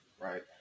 right